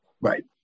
Right